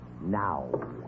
Now